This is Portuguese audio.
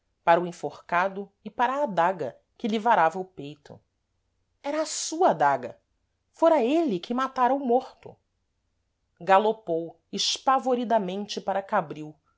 para o enforcado e para a adaga que lhe varava o peito era a sua adaga fôra êle que matara o morto galopou espavoridamente para cabril